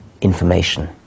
information